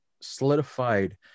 solidified